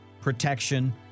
protection